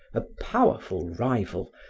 a powerful rival,